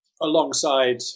alongside